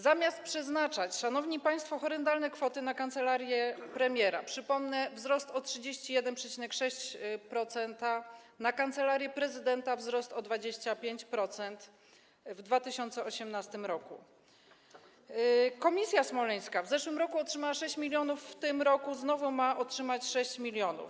Zamiast przeznaczać, szanowni państwo, horrendalne kwoty na kancelarię premiera, przypomnę, to wzrost o 31,6%, a na Kancelarię Prezydenta to wzrost o 25% w 2018 r., komisja smoleńska w zeszłym roku otrzymała 6 mln, w tym roku znowu ma otrzymać 6 mln.